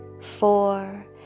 four